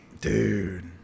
dude